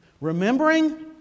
Remembering